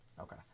okay